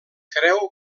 creu